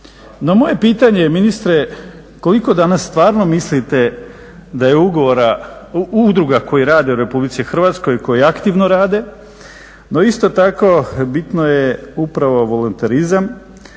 moje pitanje, ministre, koliko danas stvarno mislite da je udruga u RH, koje aktivno rade, no isto tako bitno je upravo volonterizam,